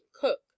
cook